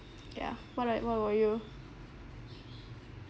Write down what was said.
yeah alright what about you